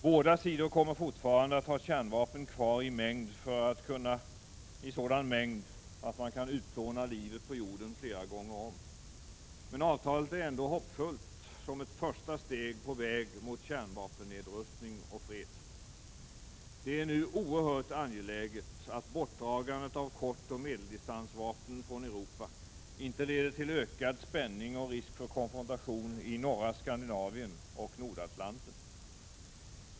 Båda sidor kommer fortfarande att ha kärnvapen kvar i sådan mängd att man kan utplåna livet på jorden flera gånger om. Men avtalet är ändå hoppfullt som ett första steg på väg mot kärnvapennedrustning och fred. Det är nu oerhört angeläget att bortdragandet av kortoch medeldistansvapnen från Europa inte leder till ökad spänning och risk för konfrontation i norra Skandinavien och Nordatlanten.